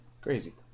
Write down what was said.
crazy